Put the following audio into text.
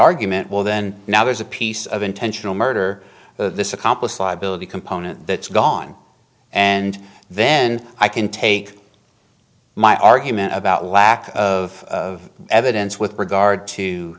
argument well then now there's a piece of intentional murder this accomplice liability component that's gone and then i can take my argument about lack of evidence with regard to